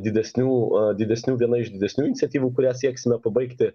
didesnių a didesnių viena iš didesnių iniciatyvų kurias sieksime pabaigti